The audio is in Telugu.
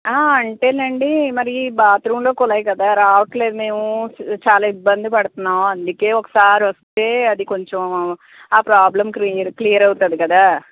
అంటే అండీ మరీ బాత్రూమ్లో కుళాయి కదా రావడంలేదు మేము చాలా ఇబ్బంది పడుతున్నాము అందుకే ఒకసారి వస్తే అది కొంచెం ఆ ప్రాబ్లమ్ క్లీ క్లియర్ అవుతుంది కదా